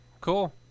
cool